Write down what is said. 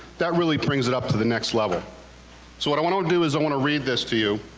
that really brings it up to the next level. so what i want to do is i want to read this to you.